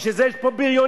הוא כבר התבלבל,